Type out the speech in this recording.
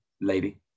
lady